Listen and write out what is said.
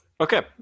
Okay